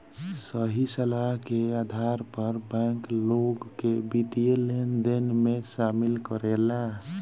सही सलाह के आधार पर बैंक, लोग के वित्तीय लेनदेन में शामिल करेला